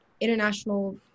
international